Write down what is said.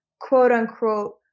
quote-unquote